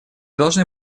должны